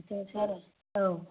जायोथ' आरो औ